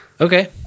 Okay